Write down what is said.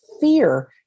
fear